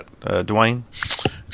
Dwayne